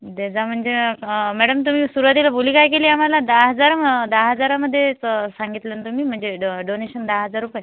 दे म्हणजे मॅडम तुम्ही सुरुवातीला बोली काय केली आम्हाला दहा हजार दहा हजारामध्ये सा सांगितलं ना तुम्ही म्हणजे डोनेशन दहा हजार रुपये